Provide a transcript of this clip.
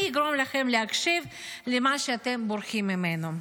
אני אגרום לכם להקשיב למה שאתם בורחים ממנו.